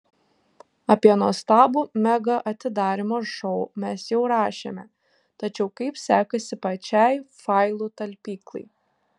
apie nuostabų mega atidarymo šou mes jau rašėme tačiau kaip sekasi pačiai failų talpyklai